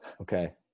Okay